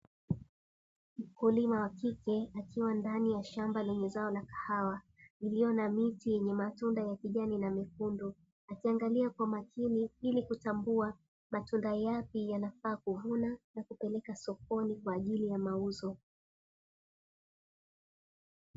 Mkulima wa kike akiwa ndani ya shamba lenye zao la kahawa lililo na miti ya matunda ya kijani na mekundu, akiangalia kwa makini ili kutambua matunda yapi yanafaa kuvuna na kupeleka sokoni kwa ajili ya mauzo.